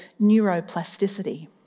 neuroplasticity